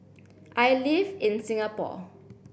I live in Singapore